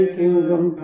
kingdom